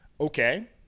Okay